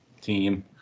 team